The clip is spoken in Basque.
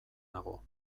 nago